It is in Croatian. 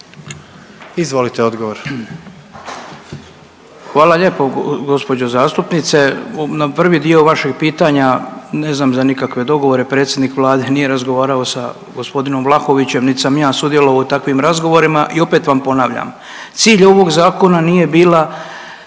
Oleg (HDZ)** Hvala lijepo gospođo zastupnice. Na prvi dio vašeg pitanja ne znam za nikakve dogovore, predsjednik Vlade nije razgovarao sa gospodinom Vlahovićem niti sam ja sudjelovao u takvim razgovorima i opet vam ponavljam. Cilj ovog zakona nije bila